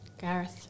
Gareth